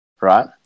right